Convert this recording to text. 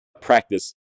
practice